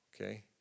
okay